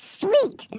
sweet